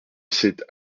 sait